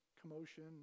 commotion